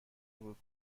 بود